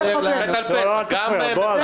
זה